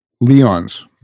Leon's